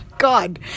god